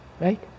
Right